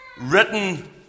Written